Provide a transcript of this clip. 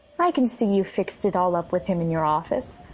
i can see you've fixed it all up with him in your office.